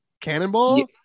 cannonball